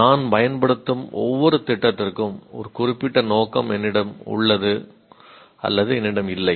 நான் பயன்படுத்தும் ஒவ்வொரு திட்டத்திற்கும் ஒரு குறிப்பிட்ட நோக்கம் என்னிடம் உள்ளது என்னிடம் இல்லை